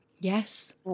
Yes